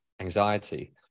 anxiety